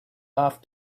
off